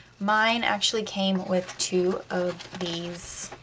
mine actually came with two of these